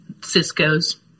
Cisco's